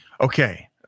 Okay